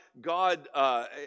God